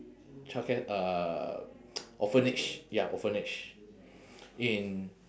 childcare uh orphanage ya orphanage in